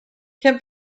can